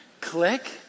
Click